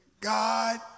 God